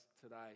today